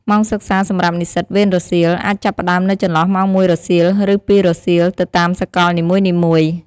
ម៉ោងសិក្សាសម្រាប់និស្សិតវេនរសៀល អាចចាប់ផ្តើមនៅចន្លោះម៉ោង ១ រសៀល ឬ ២ រសៀល ទៅតាមសកលនីមួយៗ។